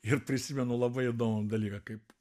ir prisimenu labai įdomų dalyką kaip